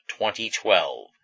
2012